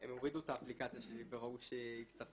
והם הורידו את האפליקציה שלי וראו שהיא קצת